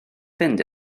fynd